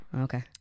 okay